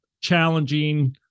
challenging